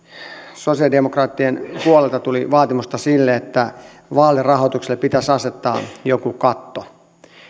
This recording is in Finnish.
sosialidemokraattien puolelta tuli vaatimusta sille että vaalirahoitukselle pitäisi asettaa joku katto